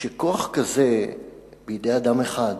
כשכוח כזה בידי אדם אחד